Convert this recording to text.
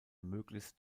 möglichst